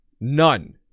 none